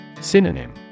Synonym